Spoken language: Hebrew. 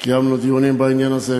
קיימנו דיונים בעניין הזה.